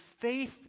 faith